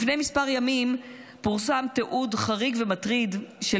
לפני כמה ימים פורסם תיעוד חריג ומטריד של